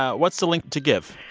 ah what's the link to give?